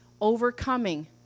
overcoming